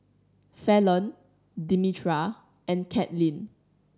Fallon Demetra and Katlin